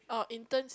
orh interns